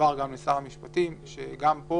שיועבר לשר המשפטים, שגם פה